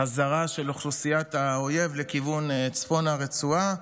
חזרה של אוכלוסיית האויב לכיוון צפון הרצועה